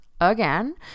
again